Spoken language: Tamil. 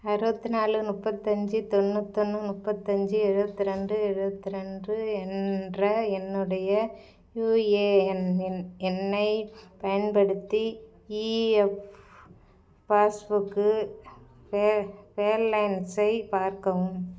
அறுபத்நாலு முப்பத்தஞ்சு தொண்ணூத்தொன்று முப்பத்தஞ்சு எழுபத்ரெண்டு எழுபத்ரெண்டு என்ற என்னுடைய யுஏஎன் எண்ணைப் பயன்படுத்தி இஎஃப் பாஸ்புக்கு பே பேலன்ஸை பார்க்கவும்